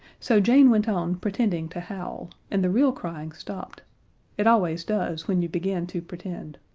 so jane went on pretending to howl, and the real crying stopped it always does when you begin to pretend.